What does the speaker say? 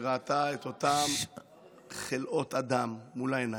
שראתה את אותם חלאות אדם מול העיניים,